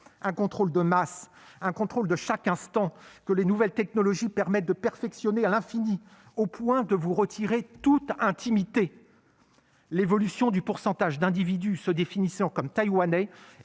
un contrôle de masse, un contrôle de chaque instant que les nouvelles technologies permettent de perfectionner à l'infini, au point de vous retirer toute intimité. Le pourcentage d'individus se définissant comme taïwanais